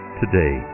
today